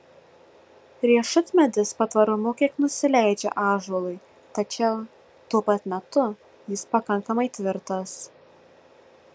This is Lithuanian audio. riešutmedis patvarumu kiek nusileidžia ąžuolui tačiau tuo pat metu jis pakankamai tvirtas